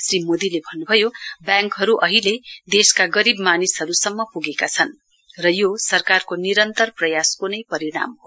श्री मोदीले भन्नभयो व्याङ्कहरु अहिले देशका गरीव मानिसहरुसम्म पुगेका छन् र यो सरकारको निरन्तर प्रयासकोनै परिणाम हो